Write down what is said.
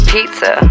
Pizza